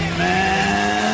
man